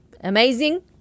amazing